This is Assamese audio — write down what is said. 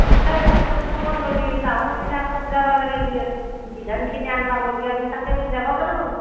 পঞ্চায়ত অফিছত খবৰ ল'লি তাহোন এতিয়া ক'ত যাব লাগে বিধানখিনি আনিবাক ল'গি আমি তাকেক ল'গি যাব পাৰোঁ